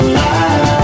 life